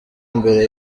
mbere